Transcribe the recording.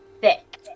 thick